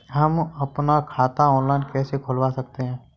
हम अपना खाता ऑनलाइन कैसे खुलवा सकते हैं?